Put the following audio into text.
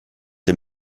der